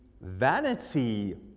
vanity